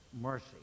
mercy